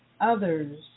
others